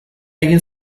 egin